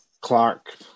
Clark